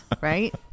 right